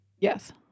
Yes